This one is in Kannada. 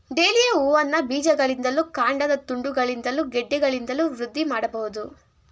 ಡೇಲಿಯ ಹೂವನ್ನ ಬೀಜಗಳಿಂದಲೂ ಕಾಂಡದ ತುಂಡುಗಳಿಂದಲೂ ಗೆಡ್ಡೆಗಳಿಂದಲೂ ವೃದ್ಧಿ ಮಾಡ್ಬಹುದು